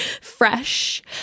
Fresh